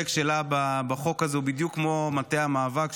שלה בחוק הזה הוא בדיוק כמו של מטה המאבק,